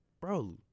bro